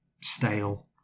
stale